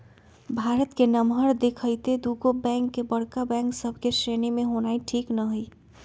भारत के नमहर देखइते दुगो बैंक के बड़का बैंक सभ के श्रेणी में होनाइ ठीक न हइ